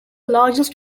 largest